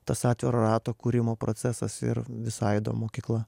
tas atviro rato kūrimo procesas ir visa aido mokykla